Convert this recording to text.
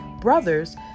brothers